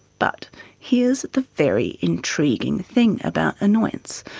but here's the very intriguing thing about annoyance.